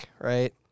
right